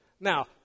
Now